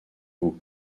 goût